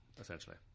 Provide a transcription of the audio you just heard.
Essentially